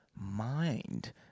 mind